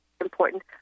important